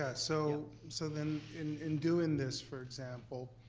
ah so so then in and doing this, for example,